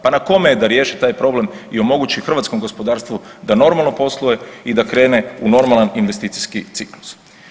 Pa na kome je da riješi taj problem i omogući hrvatskom gospodarstvu da normalno posluje i da krene u normalan investicijski ciklus?